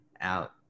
out